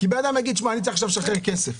אדם שצריך לשחרר כסף,